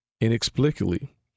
inexplicably